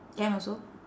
can also